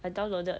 I downloaded